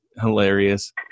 hilarious